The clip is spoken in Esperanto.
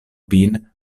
vin